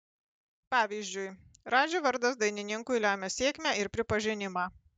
pavyzdžiui radži vardas dainininkui lemia sėkmę ir pripažinimą